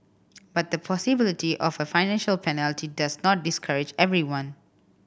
but the possibility of a financial penalty does not discourage everyone